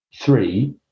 Three